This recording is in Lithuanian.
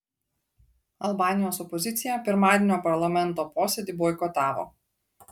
albanijos opozicija pirmadienio parlamento posėdį boikotavo